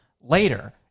later